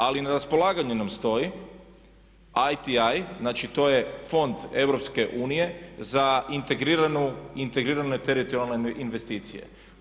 Ali na raspolaganju nam stoji ITU, znači to je fond EU za integrirane i teritorijalne investicije.